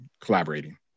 collaborating